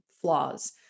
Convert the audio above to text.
flaws